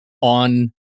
on